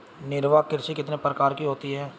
निर्वाह कृषि कितने प्रकार की होती हैं?